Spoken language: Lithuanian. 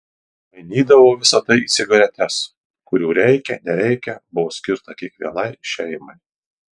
mainydavo visa tai į cigaretes kurių reikia nereikia buvo skirta kiekvienai šeimai